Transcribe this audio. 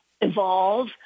evolve